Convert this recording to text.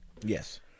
Yes